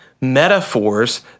metaphors